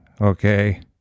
Okay